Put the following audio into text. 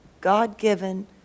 God-given